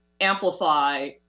amplify